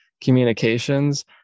communications